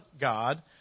God